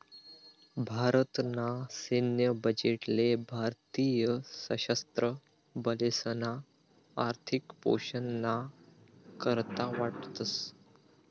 भारत ना सैन्य बजेट ले भारतीय सशस्त्र बलेसना आर्थिक पोषण ना करता वाटतस